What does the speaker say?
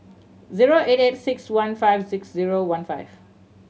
zero eight eight six one five six zero one five